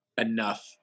enough